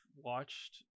watched